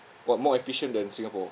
what more efficient than singapore